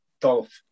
Dolph